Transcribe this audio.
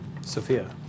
Sophia